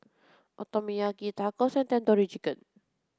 Okonomiyaki Tacos and Tandoori Chicken